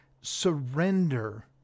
surrender